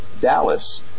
Dallas